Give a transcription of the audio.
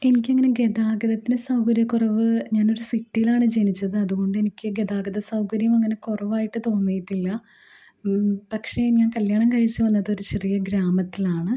എനിക്ക് അങ്ങനെ ഗതാഗതത്തിന് സൗകര്യക്കുറവ് ഞാൻ ഒരു സിറ്റിയിലാണ് ജനിച്ചത് അതുകൊണ്ട് എനിക്ക് ഗതാഗതസൗകര്യം അങ്ങനെ കുറവായിട്ട് തോന്നിയിട്ടില്ല പക്ഷെ ഞാൻ കല്ല്യാണം കഴിച്ച് വന്നതൊരു ചെറിയ ഗ്രാമത്തിലാണ്